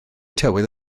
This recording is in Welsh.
tywydd